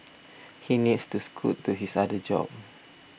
he needs to scoot to his other job